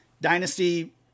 dynasty